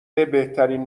بهترین